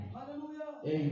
Hallelujah